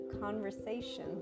conversation